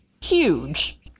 Huge